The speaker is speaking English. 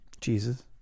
Jesus